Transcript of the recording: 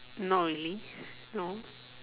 not really no